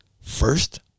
first